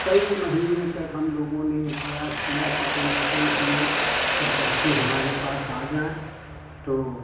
कई महीने तक हम लोगों ने यह प्रयास किया कि कोई जतन से यह सब पक्षी हमारे पास आ जाए तो